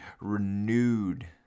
renewed